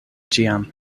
ĉiam